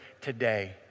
today